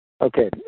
Okay